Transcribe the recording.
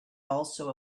also